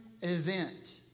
event